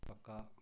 पक्का